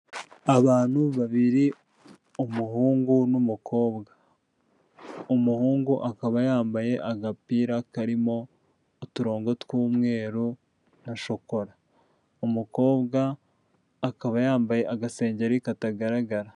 Abantu babiri umuhungu n'umukobwa, umuhungu akaba yambaye agapira karimo uturongo tw'umweru na shokora, umukobwa akaba yambaye agasengeri katagaragara.